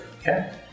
Okay